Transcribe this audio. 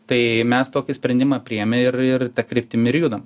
tai mes tokį sprendimą priėmę ir ir ta kryptimi ir judam